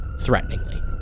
threateningly